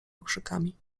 okrzykami